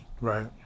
Right